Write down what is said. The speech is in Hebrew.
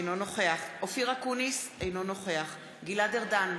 אינו נוכח אופיר אקוניס, אינו נוכח גלעד ארדן,